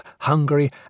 Hungary